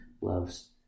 loves